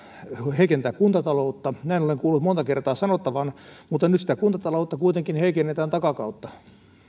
heikentää kuntataloutta näin olen kuullut monta kertaa sanottavan mutta nyt sitä kuntataloutta kuitenkin heikennetään takakautta